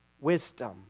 wisdom